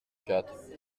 quatre